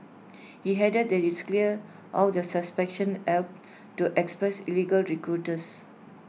he added that is clear how the suspension helps to expose illegal recruiters